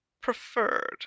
preferred